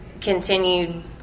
continued